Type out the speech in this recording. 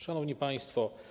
Szanowni Państwo!